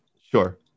Sure